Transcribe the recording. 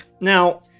Now